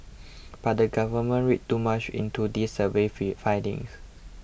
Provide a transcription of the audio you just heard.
but the government read too much into these survey findings